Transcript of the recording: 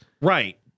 Right